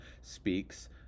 speaks